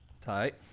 Tight